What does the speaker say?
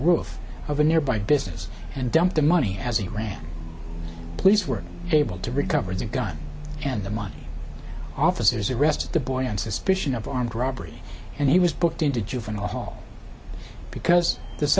roof of a nearby business and dumped the money as he ran police were able to recover the gun and the money officers arrested the boy on suspicion of armed robbery and he was booked into juvenile hall because th